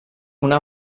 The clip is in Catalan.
una